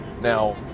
now